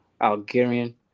Algerian